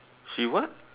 she what